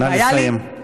נא לסיים.